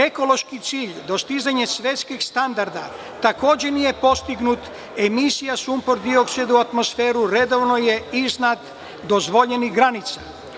Ekološki cilj dostizanje svetskih standarda takođe nije postignut, emisije sumpor-dioksida u atmosferu redovno je iznad dozvoljenih granica.